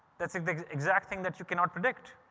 that's like the exact thing that you cannot predict.